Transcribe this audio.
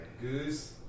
Goose